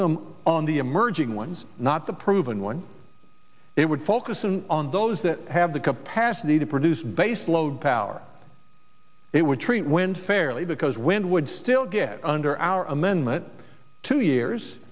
them on the emerging ones not the proven one it would focus in on those that have the capacity to produce base load power it would treat wind fairly because wind would still get under our amendment two years